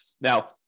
Now